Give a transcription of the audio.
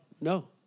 No